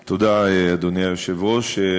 תודה, אדוני היושב-ראש.